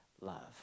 love